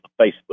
Facebook